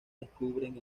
descubren